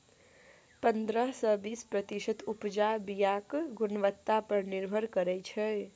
पंद्रह सँ बीस प्रतिशत उपजा बीयाक गुणवत्ता पर निर्भर करै छै